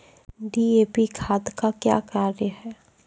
DAP खाद का क्या कार्य हैं?